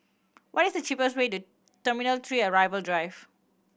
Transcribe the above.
what is the cheapest way to Teminal Three Arrival Drive